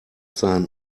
sein